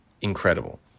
incredible